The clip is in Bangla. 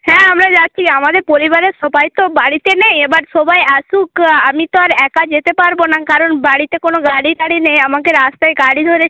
হ্যাঁ আমরা যাচ্ছি আমাদের পরিবারের সবাই তো বাড়িতে নেই এবার সবাই আসুক আমি তো আর একা যেতে পারবো না কারণ বাড়িতে কোনো গাড়ি টাড়ি নেই আমাকে রাস্তায় গাড়ি ধরে